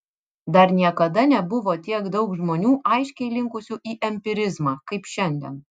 dar niekada nebuvo tiek daug žmonių aiškiai linkusių į empirizmą kaip šiandien